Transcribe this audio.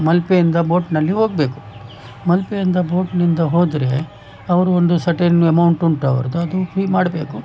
ಮಲ್ಪೆಯಿಂದ ಬೋಟ್ನಲ್ಲಿ ಹೋಗ್ಬೇಕು ಮಲ್ಪೆಯಿಂದ ಬೋಟ್ನಿಂದ ಹೋದರೆ ಅವರು ಒಂದು ಸರ್ಟನ್ ಅಮೌಂಟ್ ಉಂಟು ಅವ್ರದ್ದು ಅದು ಫೀ ಮಾಡಬೇಕು